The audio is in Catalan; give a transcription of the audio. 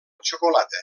xocolata